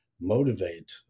motivate